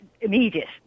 immediate